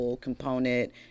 component